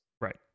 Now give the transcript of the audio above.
right